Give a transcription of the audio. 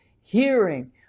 hearing